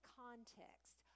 context